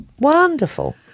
Wonderful